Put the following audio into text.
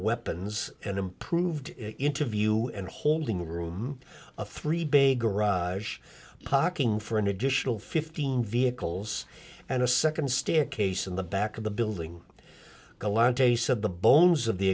weapons an improved interview and holding room a three bay garage pocking for an additional fifteen vehicles and a second staircase in the back of the building